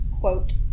quote